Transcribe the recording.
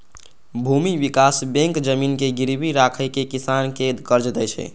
भूमि विकास बैंक जमीन के गिरवी राखि कें किसान कें कर्ज दै छै